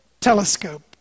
telescope